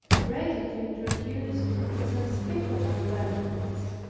ready to introduce its unspeakable benefits.